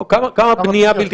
לא, כמה בנייה בלתי חוקית?